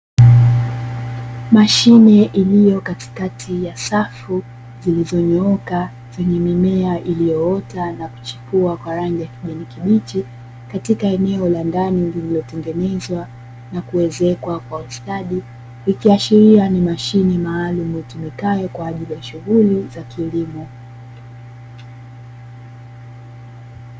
Mashine iliyo katikati ya safu zilizonyoka, zenye mimea iliyoota na kuchipua kwa rangi ya kijani kibichi katika eneo la ndani lililotengenezwa na kuezekwa kwa ustadi ikiashiria ni mashine maalumu itumikayo kwa ajili ya shughuli za kilimo.